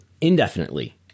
indefinitely